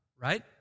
right